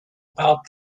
about